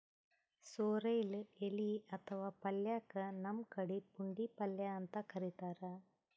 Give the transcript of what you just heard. sorrel ಎಲಿ ಅಥವಾ ಪಲ್ಯಕ್ಕ್ ನಮ್ ಕಡಿ ಪುಂಡಿಪಲ್ಯ ಅಂತ್ ಕರಿತಾರ್